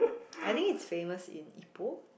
I think it's famous in Ipoh